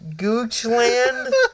Goochland